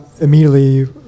immediately